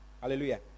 Hallelujah